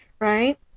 right